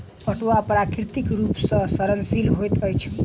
पटुआ प्राकृतिक रूप सॅ सड़नशील होइत अछि